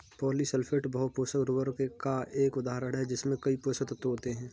polysulphate बहु पोषक उर्वरक का एक उदाहरण है जिसमें कई पोषक तत्व होते हैं